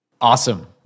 Awesome